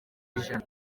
ijana